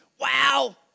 Wow